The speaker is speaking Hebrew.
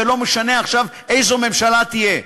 ולא משנה עכשיו איזו ממשלה תהיה,